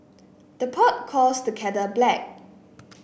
the pot calls the kettle black